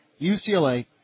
UCLA